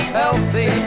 healthy